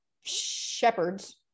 shepherds